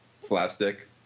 slapstick